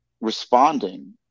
responding